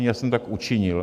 Já jsem tak učinil.